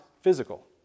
physical